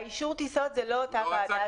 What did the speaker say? אישור הטיסות זה לא אותה ועדה.